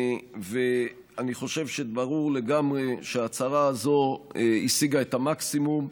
אני חושב שברור לגמרי שהצהרה זו השיגה את המקסימום.